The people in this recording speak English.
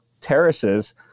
terraces